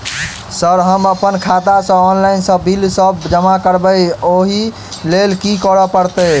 Sir हम अप्पन खाता सऽ ऑनलाइन सऽ बिल सब जमा करबैई ओई लैल की करऽ परतै?